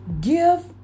Give